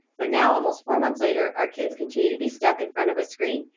but now almost four months later, our kids continue to be stuck in front of a screen.